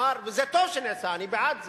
וטוב שזה נעשה, אני בעד זה.